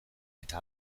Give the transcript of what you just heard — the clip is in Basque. eta